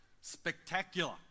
spectacular